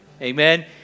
amen